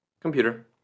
computer